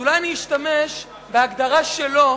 אולי אשתמש בהגדרה שלו,